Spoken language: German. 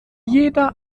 jeder